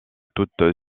toute